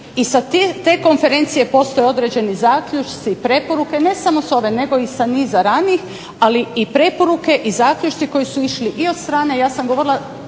I sa te konferencije postoje određeni zaključci i preporuke, ne samo s ove, nego i sa niza ranijih, ali i preporuke i zaključci koji su išli i od strane, ja sam govorila